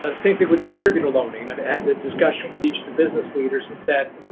ah same thing with distributor loaning. and i had the discussion with each of the business leaders and said,